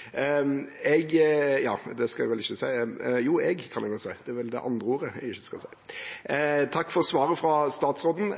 jeg klarte ikke følge med på tiden – jeg ble engasjert her! Takk for svaret fra statsråden.